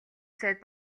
сайд